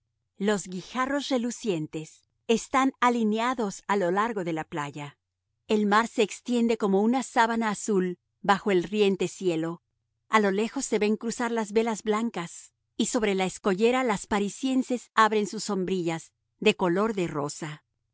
los guijarros relucientes están alineados a lo largo de la playa el mar se extiende como una sabana azul bajo el riente cielo a lo lejos se ven cruzar las velas blancas y sobre la escollera las parisienses abren sus sombrillas de color de rosa